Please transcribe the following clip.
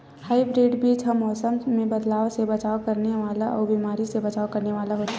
hybrid बीज हा मौसम मे बदलाव से बचाव करने वाला अउ बीमारी से बचाव करने वाला होथे